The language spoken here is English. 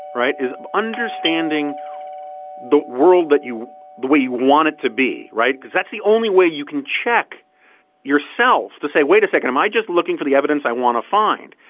right? it's um understanding the world that you the way you want it to be, right? because that's the only way you can check yourself to say, wait a second. am i just looking for the evidence i want to find?